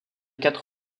quatre